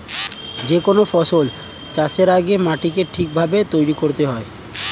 যে কোনো ফসল চাষের আগে মাটিকে ঠিক ভাবে তৈরি করতে হয়